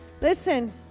listen